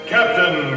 Captain